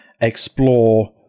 explore